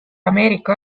ameerika